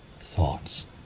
thoughts